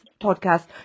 podcast